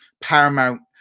Paramount